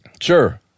Sure